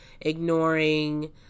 ignoring